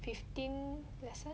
fifteen lesson